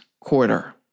quarter